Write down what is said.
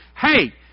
Hey